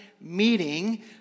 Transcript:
meeting